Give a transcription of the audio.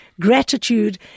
gratitude